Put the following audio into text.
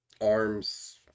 arms